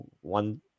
one